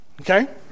okay